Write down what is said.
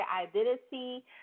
identity